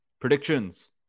Predictions